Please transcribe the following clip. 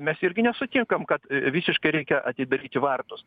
mes irgi nesutinkam kad visiškai reikia atidaryti vartus